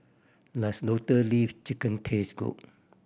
does Lotus Leaf Chicken taste good